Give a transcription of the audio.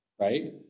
right